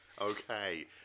Okay